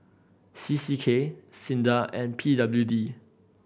C C K SINDA and P W D